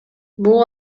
бул